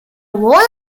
royal